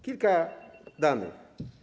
Kilka danych.